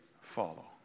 follow